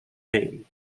name